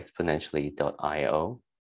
exponentially.io